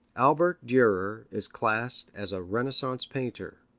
albert durer is classed as a renaissance painter.